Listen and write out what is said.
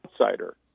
outsider